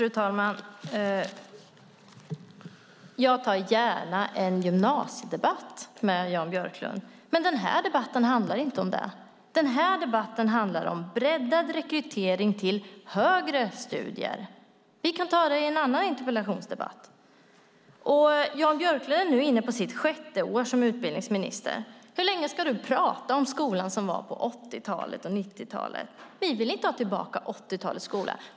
Fru talman! Jag tar gärna en gymnasiedebatt med Jan Björklund. Men den här debatten handlar inte om gymnasiet. Den här debatten handlar om breddad rekrytering till högre studier. Gymnasiet får vi ta i en annan interpellationsdebatt. Jan Björklund är nu inne på sitt sjätte år som utbildningsminister. Hur länge ska du prata om den skola som fanns på 80 och 90-talet? Vi vill inte ha tillbaka 80-talets skola.